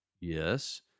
yes